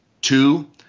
Two